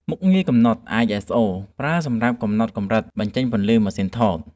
មុខងារកំណត់ អាយ អេស អូ ប្រើសម្រាប់កំណត់កម្រិត បញ្ចេញពន្លឺពីម៉ាស៊ីនថត។